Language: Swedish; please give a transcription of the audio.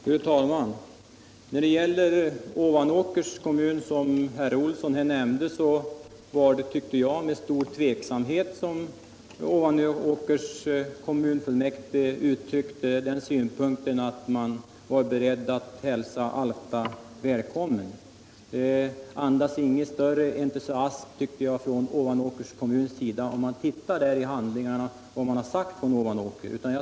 Fru talman! När det gäller Ovanåkers kommun, som herr Olsson i Järvsö här nämnde, var det med stor tveksamhet, tyckte jag, som Ovanåkers kommunfullmäktige uttryckte att man var beredd att hälsa Alfta välkommet. Om vi ser i handlingarna vad man har sagt från Ovanåker, finner vi att det inte andas någon större entusiasm från Ovanåkers kommuns sida.